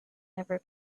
never